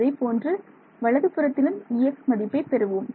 அதேபோன்று வலது புறத்திலும் Ex மதிப்பை அறிவோம்